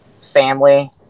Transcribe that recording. family